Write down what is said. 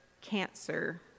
cancer